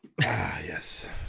Yes